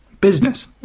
business